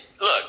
look